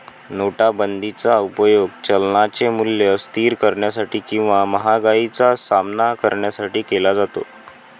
नोटाबंदीचा उपयोग चलनाचे मूल्य स्थिर करण्यासाठी किंवा महागाईचा सामना करण्यासाठी केला जातो